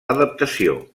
adaptació